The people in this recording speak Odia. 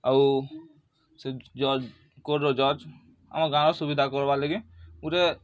ଆଉ ସେ ଜଜ୍ କୋର୍ଟ୍ର ଜଜ୍ ଆମର୍ ଗାଁର ସୁବିଧା କର୍ବାର୍ ଲାଗି ଗୁଟେ